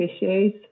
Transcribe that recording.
issues